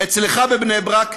אצלך בבני-ברק,